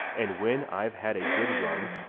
and when i've had a good run,